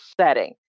setting